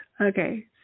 Okay